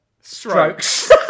strokes